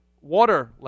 water